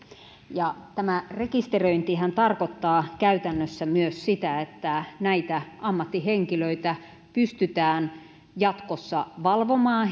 tämä rekisteröintihän tarkoittaa käytännössä myös sitä että näitä ammattihenkilöitä pystytään jatkossa valvomaan